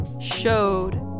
showed